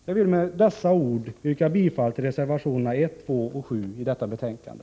Jag vill med dessa ord yrka bifall till reservationerna 1, 2 och 7 till detta betänkande.